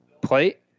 plate